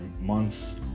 month's